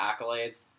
accolades